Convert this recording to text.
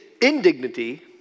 indignity